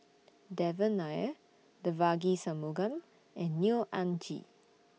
Devan Nair Devagi Sanmugam and Neo Anngee